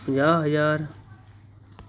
ਪੰਜਾਹ ਹਜ਼ਾਰ